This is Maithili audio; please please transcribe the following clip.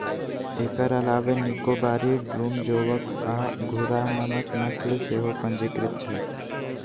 एकर अलावे निकोबारी, डूम, जोवॉक आ घुर्राह नामक नस्ल सेहो पंजीकृत छै